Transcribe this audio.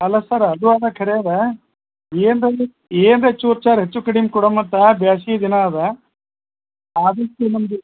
ಅಲ್ಲ ಸರ್ ಅದು ಅದ ಖರೆ ಅದಾ ಏನು ಏನೋ ಹೆಚ್ಚು ಹೆಚ್ಚಾರ್ ಹೆಚ್ಚೂಕಡಿಮೆ ಕೊಡೋಮತ್ತ ಬ್ಯಾಸ್ಗೆ ದಿನ ಅದಾ ಆದಷ್ಟು ನಮ್ಮದು